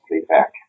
feedback